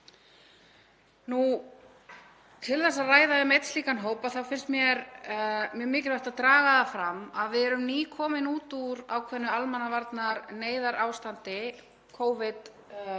Til þess að ræða um einn slíkan hóp þá finnst mér mjög mikilvægt að draga það fram að við erum nýkomin út úr ákveðnu almannavarnaneyðarástandi,